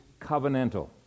covenantal